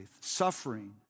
Suffering